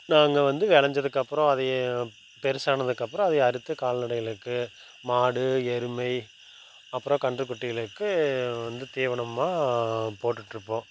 நாங்கள் வந்து விளைஞ்சதுக்கு அப்புறம் அதையே பெருசானதுக்கு அப்புறம் அதையே அறுத்து கால்நடைகளுக்கு மாடு எருமை அப்புறம் கன்று குட்டிகளுக்கு வந்து தீவனமாக போட்டுகிட்ருப்போம்